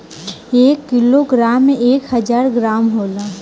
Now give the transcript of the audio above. एक किलोग्राम में एक हजार ग्राम होला